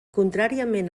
contràriament